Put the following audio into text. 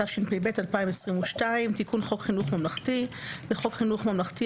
התשפ"ב 2022 תיקון חוק חינוך ממלכתי 1. בחוק חינוך ממלכתי,